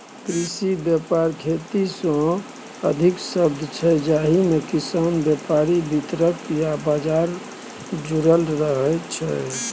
कृषि बेपार खेतीसँ संबंधित शब्द छै जाहिमे किसान, बेपारी, बितरक आ बजार जुरल रहय छै